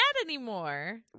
anymore